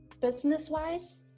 business-wise